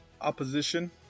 opposition